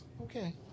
Okay